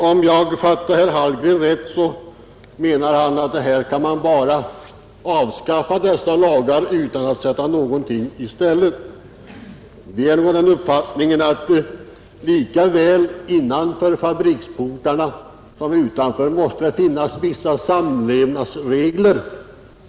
Om jag fattade herr Hallgren rätt menar han att man kan avskaffa dessa lagar utan att sätta någonting i stället. Vi är av den uppfattningen att det lika väl innanför fabriksportarna som utanför dem måste finnas vissa samlevnadsregler.